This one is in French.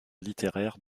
littéraires